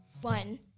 One